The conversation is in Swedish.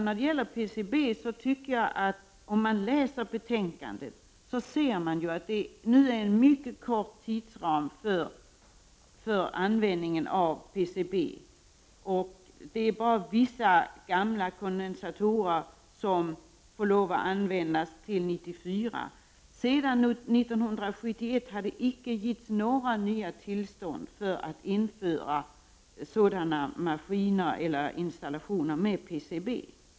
När det gäller PCB vill jag säga till Lars Ernestam att man om man läser betänkandet ser att tidsramen för användningen av PCB är mycket liten. Det är bara vissa gamla kondensatorer som får användas till 1994. Sedan 1971 har det icke getts några nya tillstånd att införa större maskiner eller installationer med PCB.